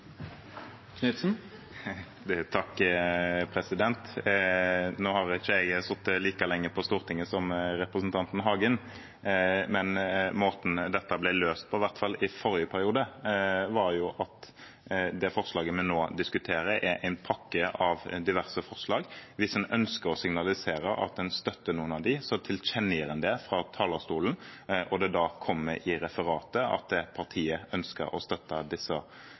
har ikke sittet like lenge på Stortinget som representanten Hagen, men måten dette ble løst på – i hvert fall i forrige periode – var at det forslaget vi nå diskuterer, er en pakke av diverse forslag. Hvis en ønsker å signalisere at en støtter noen av dem, tilkjennegir en det fra talerstolen. Da kommer det i referatet at partiet ønsker å støtte